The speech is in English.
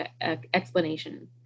explanation